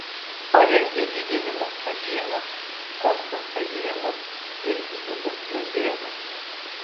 parengė gediminas kajėnas kostas kajėnas ir vytautas juozėnas